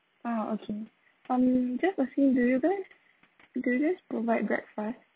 ah okay um just asking do you guys do you guys provide breakfast